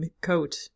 coat